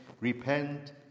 repent